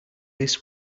this